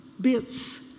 Bits